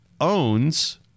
owns